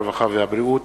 הרווחה והבריאות,